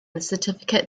certificate